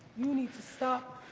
you need to stop,